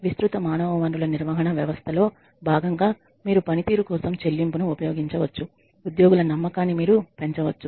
విస్తృత మానవ వనరుల నిర్వహణ వ్యవస్థలో భాగంగా మీరు పనితీరు కోసం చెల్లింపును ఉపయోగించవచ్చు ఉద్యోగుల నమ్మకాన్ని మీరు పెంచవచ్చు